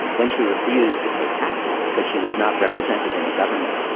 when she refused to pay taxes because she was not represented in the government,